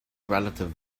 relative